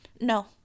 no